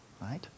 Right